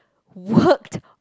worked